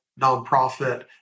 nonprofit